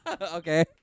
Okay